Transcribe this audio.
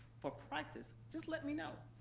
for practice, just let me know,